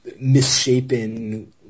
misshapen